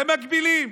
את זה מגבילים.